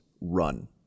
run